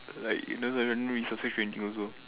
like it doesn't even subscribe anything also